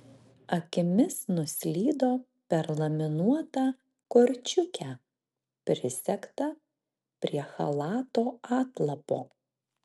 akimis nuslydo per laminuotą korčiukę prisegtą prie chalato atlapo